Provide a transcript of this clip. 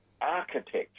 architecture